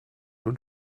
und